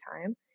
time